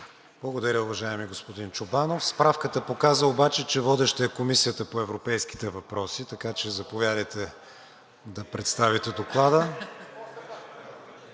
Благодаря, уважаеми господин Чобанов. Справката показа обаче, че водеща е Комисията по европейските въпроси. Така че, заповядайте да представите Доклада.